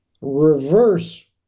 reverse